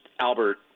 Albert